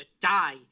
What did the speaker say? die